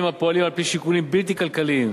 הפועלים על-פי שיקולים בלתי כלכליים,